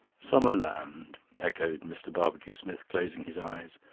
summer land, echoed mr. barbecue-smith, closing his eyes.